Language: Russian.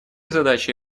задачей